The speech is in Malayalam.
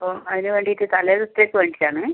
അപ്പം അതിന് വേണ്ടീട്ട് തലേ ദിവസത്തേക്ക് വേണ്ടീട്ടാണ്